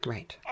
Right